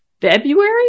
february